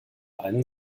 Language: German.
einen